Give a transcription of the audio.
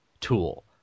tool